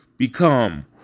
become